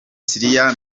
syria